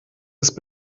ist